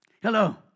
Hello